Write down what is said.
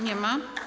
Nie ma.